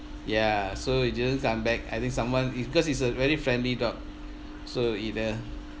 ya so it didn't come back I think someone is because it's a very friendly dog so either